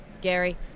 Gary